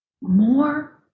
more